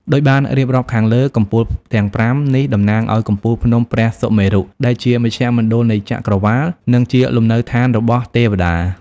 ដូចបានរៀបរាប់ខាងលើ កំពូលទាំងប្រាំនេះតំណាងឲ្យកំពូលភ្នំព្រះសុមេរុ ដែលជាមជ្ឈមណ្ឌលនៃចក្រវាឡ និងជាលំនៅឋានរបស់ទេវតា។